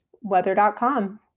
Weather.com